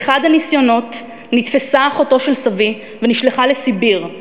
באחד הניסיונות נתפסה אחותו של סבי ונשלחה לסיביר,